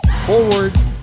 forwards